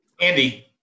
Andy